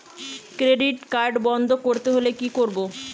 Credit card বন্ধ করতে হলে কি করব?